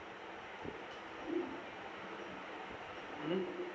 mmhmm